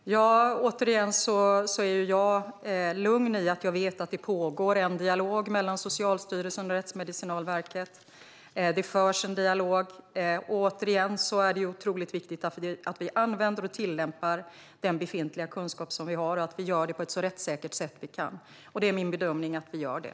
Herr talman! Återigen är jag lugn i att jag vet att det förs en dialog mellan Socialstyrelsen och Rättsmedicinalverket. Det är som sagt otroligt viktigt att vi använder och tillämpar befintlig kunskap och att vi gör det på ett så rättssäkert sätt vi kan. Det är min bedömning att vi gör det.